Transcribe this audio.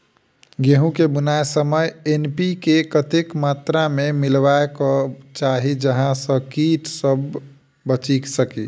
गेंहूँ केँ बुआई समय एन.पी.के कतेक मात्रा मे मिलायबाक चाहि जाहि सँ कीट सँ बचि सकी?